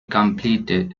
completed